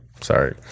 Sorry